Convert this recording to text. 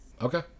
okay